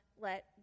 let